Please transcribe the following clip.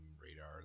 radar